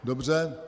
Dobře.